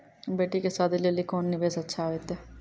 बेटी के शादी लेली कोंन निवेश अच्छा होइतै?